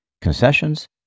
concessions